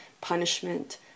punishment